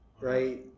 right